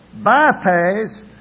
bypassed